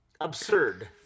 Absurd